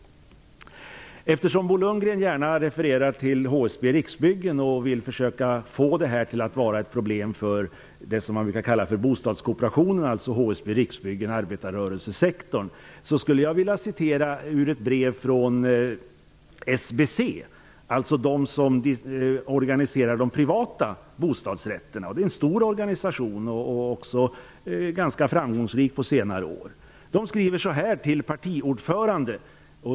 Eftersom Bo Lundgren gärna refererar till HSB och Riksbyggen och vill försöka göra detta till ett problem för bostadskooperationen, skulle jag vilja citera ur ett brev från SBC, alltså den organisation som organiserar de privata bostadsrätterna. Det är en stor organisation som under senare år har varit rätt framgångsrik.